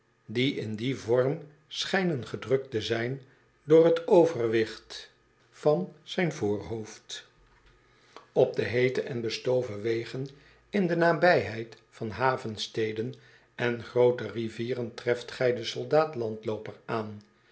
die in dien vorm schijnen gedrukt te zijn door t overwicht van zijn voorhoofd een reiziger die geen handel drijft op de heete en bestoven wegen in de nabijheid van havensteden en groote rivieren treft gij den soldaat landlooper aan